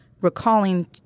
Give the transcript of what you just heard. Recalling